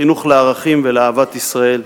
חינוך לערכים ולאהבת ישראל.